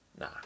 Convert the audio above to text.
nah